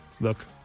look